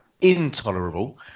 intolerable